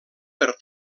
per